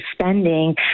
spending